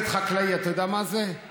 אתה יודע מה זה סרט חקלאי?